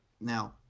Now